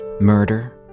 Murder